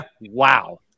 wow